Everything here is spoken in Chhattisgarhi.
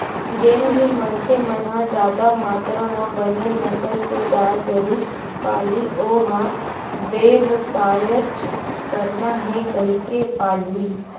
जेन भी मनखे मन ह जादा मातरा म बने नसल के गाय गरु पालही ओ ह बेवसायच करना हे कहिके पालही